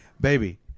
baby